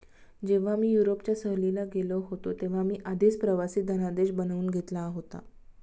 जेव्हा मी युरोपच्या सहलीला गेलो होतो तेव्हा मी आधीच प्रवासी धनादेश बनवून घेतला होता